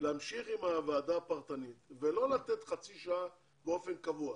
להמשיך עם הוועדה הפרטנית ולא לתת חצי שעה באופן קבוע,